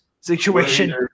situation